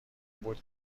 بود